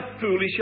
foolish